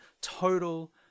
total